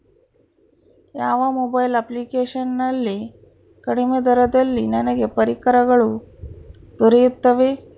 ಯಾವ mobile application ನಲ್ಲಿ ಕಡಿಮೆ ದರದಲ್ಲಿ ನನಗೆ ಪರಿಕರಗಳು ದೊರೆಯುತ್ತವೆ?